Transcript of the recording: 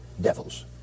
devils